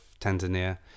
Tanzania